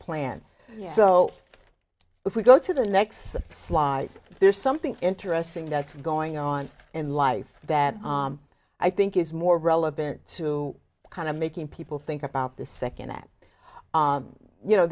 plan so if we go to the next slide there's something interesting that's going on in life that i think is more relevant to kind of making people think about this second that you know